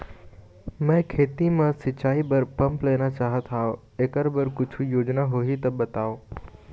मैं खेती म सिचाई बर पंप लेना चाहत हाव, एकर बर कुछू योजना होही त बताव?